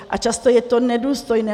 A často je to nedůstojné.